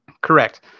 correct